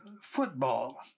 football